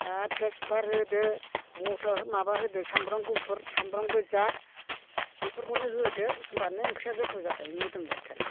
आरो थेजफात होदो मस्ला माबा होदो सामब्राम गुफुर सामब्राम गोजा बेफोरखौनो होदो होनबानो ओंख्रिया गोथाव जाखायो मोदोमलायथारो